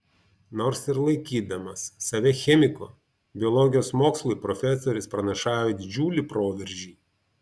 nors ir laikydamas save chemiku biologijos mokslui profesorius pranašauja didžiulį proveržį